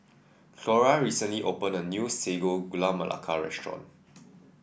Cleora recently opened a new Sago Gula Melaka restaurant